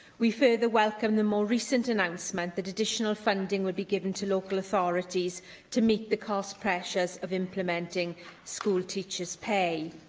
we further welcome the more recent announcement that additional funding will be given to local authorities to meet the cost pressures of implementing school teachers' pay.